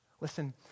Listen